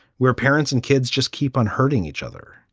where parents and kids just keep on hurting each other.